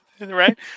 right